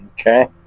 Okay